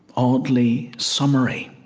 oddly summery,